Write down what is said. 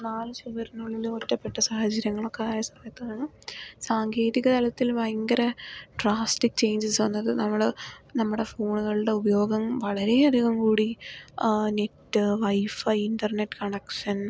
നാലു ചുവരിനുള്ളിൽ ഒറ്റപെട്ട സാഹചര്യങ്ങളൊക്കെ ആയ സമയത്താണ് സാങ്കേതിക തലത്തിൽ ഭയങ്കര ഡ്രാസ്റ്റിക് ചെയിഞ്ചസ് വന്നത് നമ്മൾ നമ്മുടെ ഫോണുകളുടെ ഉപയോഗം വളരെ അധികം കൂടി നെറ്റ് വൈഫൈ ഇൻ്റർനെറ്റ് കണക്ഷൻ